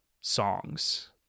songs